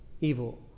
evil